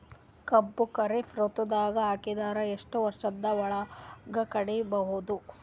ಕಬ್ಬು ಖರೀಫ್ ಋತುದಾಗ ಹಾಕಿದರ ಎಷ್ಟ ವರ್ಷದ ಒಳಗ ಕಡಿಬಹುದು?